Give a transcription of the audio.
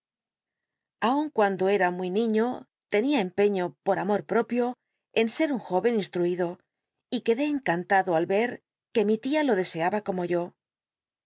aun cuando era muy niño tenía empeño por amor propio en ser un jóyen insli'uido y quedé encantado al yer que mi tia lo deseaba como yo